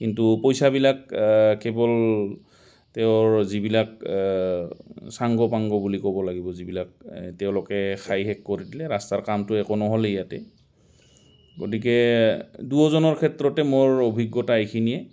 কিন্তু পইচাবিলাক কেৱল তেওঁৰ যিবিলাক চাংগ' পাংগ' বুলি ক'ব লাগিব যিবিলাক তেওঁলোকে খাই শেষ কৰি দিলে ৰাস্তাৰ কামটো একো নহ'লেই ইয়াতে গতিকে দুয়োজনৰ ক্ষেত্ৰতে মোৰ অভিজ্ঞতা এইখিনিয়ে